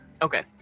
Okay